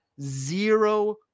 zero